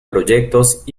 proyectos